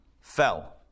fell